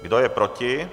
Kdo je proti?